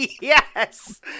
Yes